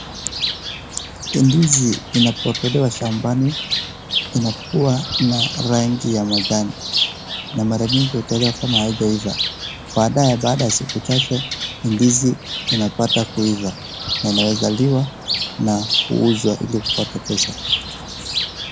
Ndizi inapotolewa shambani, inakuwa na rangi ya majani, na mara nyingi hutolewa kama haijaiva. Baadaye, baada ya siku chache, ndizi inapata kuiva na inaweza liwa na kuuzwa ili kupata pesa.